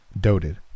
doted